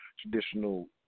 traditional